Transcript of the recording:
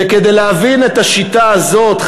כדי להבין את השיטה הזאת,